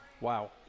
wow